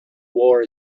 war